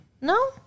No